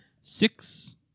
Six